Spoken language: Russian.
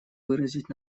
выразить